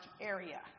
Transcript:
area